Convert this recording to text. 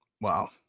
Wow